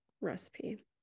recipe